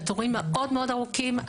התורים מאוד-מאוד ארוכים,